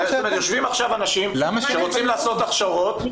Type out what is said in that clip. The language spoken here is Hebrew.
יושבים עכשיו אנשים שרוצים לעשות הכשרות,